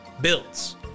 builds